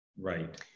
right